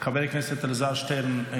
חבר הכנסת אלעזר שטרן,